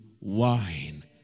wine